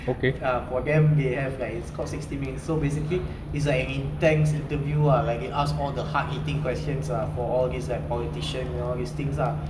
for them they have like it's called sixty minutes so basically is like an intense interview ah like they asked all the hard hitting questions are for all these like politician and all these things ah